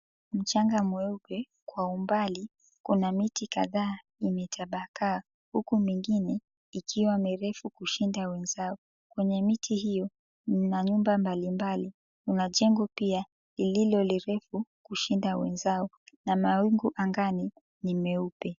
Mchanga mweupe. Kwa umbali, kuna miti kadhaa imetapakaa huku mingine ikiwa mirefu kushinda wenzao. Kwenye miti hiyo mna nyumba mbalimbali, mna jengo pia lililo lirefu kushinda wenzao na mawingu angani ni meupe.